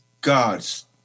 God's